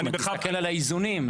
תסתכל על האיזונים.